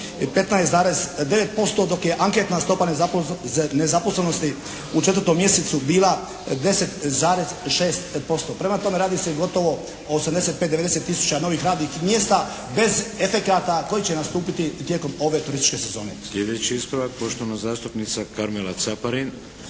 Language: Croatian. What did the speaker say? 15,9% dok je anketna stopa nezaposlenosti u 4. mjesecu bila 10,6%. Prema tome radi se gotovo o 85, 90 tisuća novih radnih mjesta bez efekata koji će nastupiti tijekom ove turističke sezone.